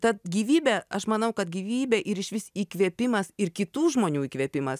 ta gyvybė aš manau kad gyvybė ir išvis įkvėpimas ir kitų žmonių įkvėpimas